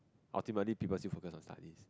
ultimately people still focus on studies